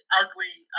ugly